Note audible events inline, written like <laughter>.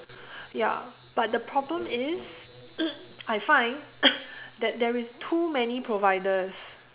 ya but the problem is <noise> I find <coughs> that there is too many providers